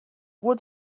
would